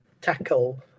tackle